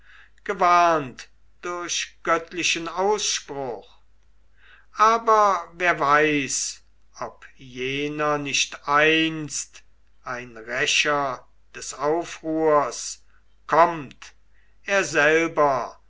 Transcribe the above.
gewarnt durch göttlichen ausspruch aber wer weiß ob jener nicht einst ein rächer des aufruhrs kommt er selber